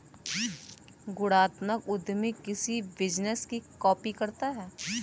गुणात्मक उद्यमी किसी बिजनेस की कॉपी करता है